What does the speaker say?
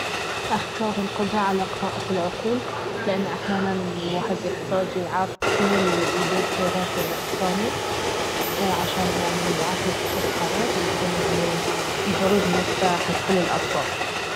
اختار القدرة على قراءة العقول لانه أحيانا الواحد يحتاج يعرف شنو الي يدور في راس الثاني عشان يعني يعرف يتخذ قرار يكون يعني إيجابي بالنسبة حق كل الأطراف